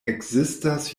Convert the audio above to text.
ekzistas